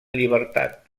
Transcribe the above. llibertat